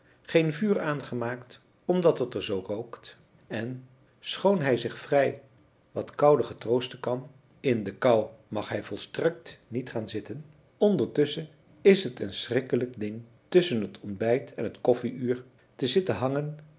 geen vuur aangemaakt omdat het er zoo rookt en schoon hij zich vrij wat koude getroosten kan in de kou mag hij volstrekt niet gaan zitten ondertusschen is het een schrikkelijk ding tusschen het ontbijt en het koffieuur te zitten hangen